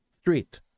street